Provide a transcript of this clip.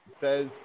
says